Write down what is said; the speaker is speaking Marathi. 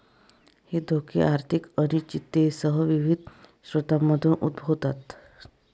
हे धोके आर्थिक अनिश्चिततेसह विविध स्रोतांमधून उद्भवतात